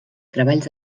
treballs